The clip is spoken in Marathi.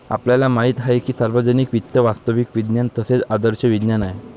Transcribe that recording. आपल्याला माहित आहे की सार्वजनिक वित्त वास्तविक विज्ञान तसेच आदर्श विज्ञान आहे